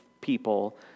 people